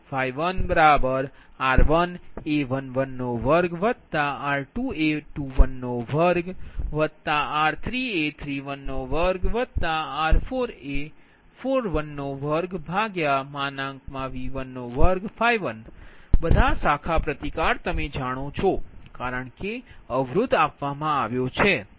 તેથી B11 K14AK12RKV121 R1A112R2A212R3A312R4A412V121 બધા શાખા પ્રતિકાર તમે જાણો છો કારણ કે અવરોધ આપવામાં આવ્યો છે